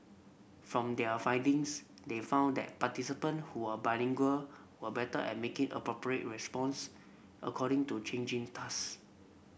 from their findings they found that participant who are bilingual were better at making appropriate response according to changing task